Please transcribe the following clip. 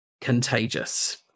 contagious